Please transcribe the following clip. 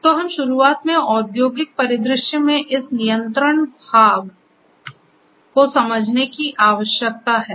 तो हमें शुरुआत में औद्योगिक परिदृश्य में इस नियंत्रण भाग को समझने की आवश्यकता है